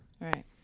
Right